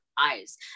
eyes